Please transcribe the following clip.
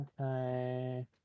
Okay